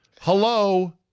Hello